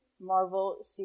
Marvel